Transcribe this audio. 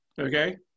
Okay